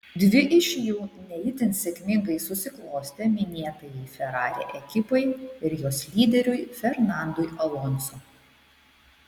dvi iš jų ne itin sėkmingai susiklostė minėtajai ferrari ekipai ir jos lyderiui fernandui alonso